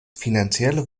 finanzielle